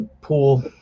pool